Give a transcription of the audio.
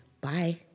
Bye